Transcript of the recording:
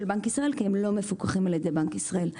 בנק ישראל כי הם לא מפוקחים על-ידי בנק ישראל.